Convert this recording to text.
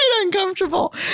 uncomfortable